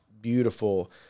beautiful